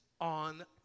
on